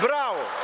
Bravo.